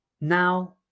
now